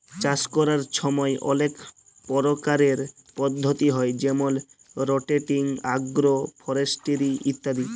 চাষ ক্যরার ছময় অলেক পরকারের পদ্ধতি হ্যয় যেমল রটেটিং, আগ্রো ফরেস্টিরি ইত্যাদি